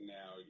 now